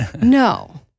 No